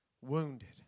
wounded